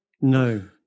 no